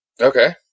Okay